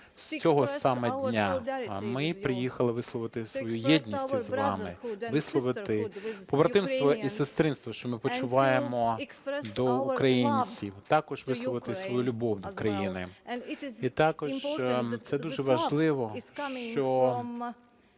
з цього саме дня. Ми приїхали висловити свою єдність із вами, висловити побратимство і сестринство, що ми почуваємо до українців, також висловити свою любов до України. І також це дуже важливо, що